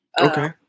Okay